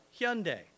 Hyundai